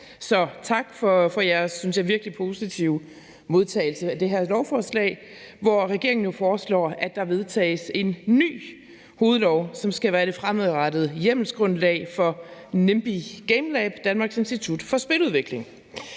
Så tak for jeres, synes jeg, virkelig positive modtagelse af det her lovforslag. Regeringen foreslår her, at der vedtages en ny hovedlov, som skal være det fremmed fremadrettede hjemmelsgrundlag for Nimbi Gamelab – Danmarks Institut for Spiludvikling.